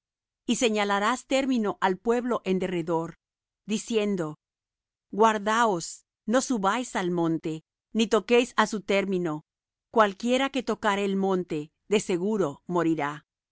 y señalarás término al pueblo en derredor diciendo guardaos no subáis al monte ni toquéis á su término cualquiera que tocare el monte de seguro morirá no